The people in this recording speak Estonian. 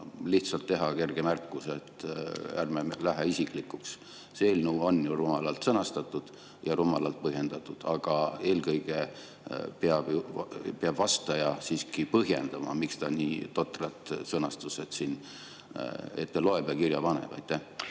lihtsalt kerge märkus, et ärme lähe isiklikuks? See eelnõu on ju rumalalt sõnastatud ja rumalalt põhjendatud. Eelkõige peab vastaja siiski põhjendama, miks ta nii totrat sõnastust siin ette loeb ja selle kirja